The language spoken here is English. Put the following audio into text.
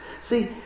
See